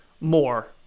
more